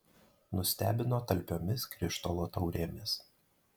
nustebino talpiomis krištolo taurėmis